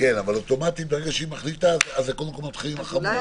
ברגע שהיא מחליטה אז אוטומטית מתחילים עם החמור.